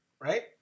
right